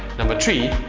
number three,